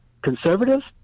conservatives